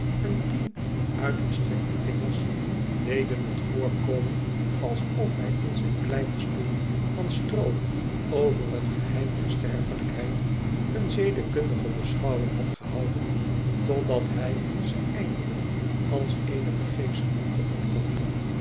on tien uitgestrekte vingers deden t voorkomen alsof hij in zijn kleinen stoel van stroo over t geheim der sterfelijkheid een zedekundige beschouwing had gehouden totdat hij ze eindelijk als eene vorgeefsche moeite opgaf